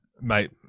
mate